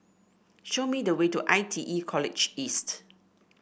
show me the way to I T E College East